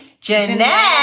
Jeanette